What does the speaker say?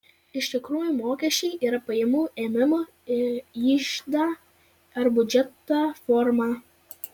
iš tikrųjų mokesčiai yra pajamų ėmimo į iždą ar biudžetą forma